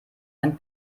ein